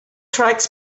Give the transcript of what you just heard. tracks